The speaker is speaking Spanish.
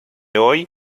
hoy